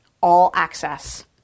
All-access